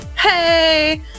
hey